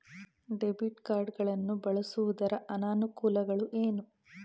Debit card ಗಳನ್ನು ಬಳಸುವುದರ ಅನಾನುಕೂಲಗಳು ಏನು?